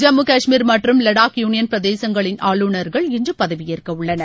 ஜம்மு காஷ்மீர் மற்றும் வடாக் யூனியன் பிரதேசங்களின் ஆளுநர்கள் இன்று பதவியேற்க உள்ளனர்